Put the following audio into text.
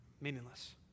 meaningless